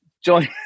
join